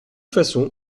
façon